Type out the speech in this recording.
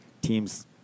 teams